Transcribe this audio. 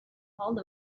called